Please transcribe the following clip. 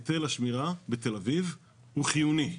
היטל השמירה בתל אביב הוא חיוני.